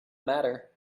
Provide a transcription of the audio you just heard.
matter